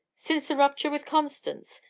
since the rupture with constance,